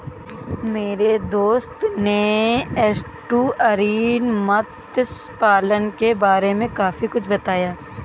मेरे दोस्त ने एस्टुअरीन मत्स्य पालन के बारे में काफी कुछ बताया